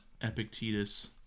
Epictetus